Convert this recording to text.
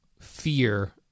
fear